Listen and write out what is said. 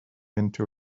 into